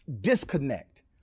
disconnect